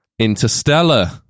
Interstellar